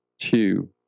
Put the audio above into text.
two